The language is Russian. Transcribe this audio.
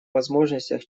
возможностях